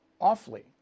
awfully